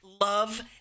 Love